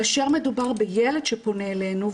כאשר מדובר בילד שפונה אלינו,